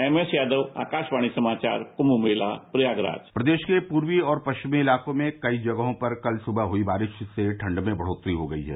एमएसयादव आकाशवाणी समाचार कृम्म मेला क्षेत्र प्रयागराज प्रदेश के पूर्वी और पश्चिमी इलाकों में कई जगहों पर कल सुबह हुई बारिश से ठंड में बढ़ोत्तरी हो गई है